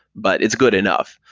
but it's good enough.